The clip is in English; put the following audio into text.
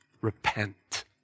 Repent